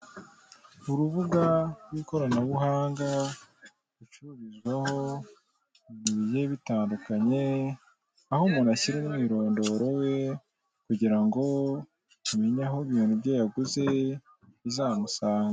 Urubuga rw'ikoranabuhanga rucururizwaho ibintu bigiye bitandukanye, aho umuntu ashyira umwirondoro we kugirango amenye aho ibintu bye yaguze bizamusanga.